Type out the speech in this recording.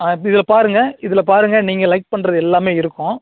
ஆ இதில் பாருங்க இதில் பாருங்க நீங்கள் லைக் பண்ணுறது எல்லாமே இருக்கும்